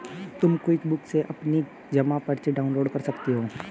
तुम क्विकबुक से भी अपनी जमा पर्ची डाउनलोड कर सकती हो